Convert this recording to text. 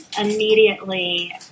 immediately